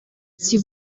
sie